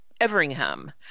Everingham